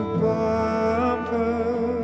bumper